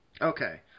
Okay